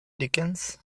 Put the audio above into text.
dickens